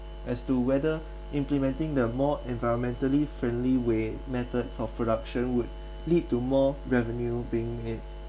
as to whether implementing the more environmentally friendly way methods of production would lead to more revenue being made